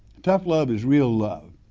tough love is real love.